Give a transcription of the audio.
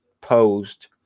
posed